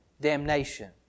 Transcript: damnation